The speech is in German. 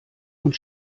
und